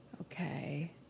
Okay